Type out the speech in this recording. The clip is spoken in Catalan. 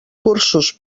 cursos